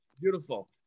Beautiful